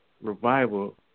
revival